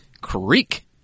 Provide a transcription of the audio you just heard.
Creek